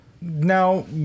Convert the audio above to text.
Now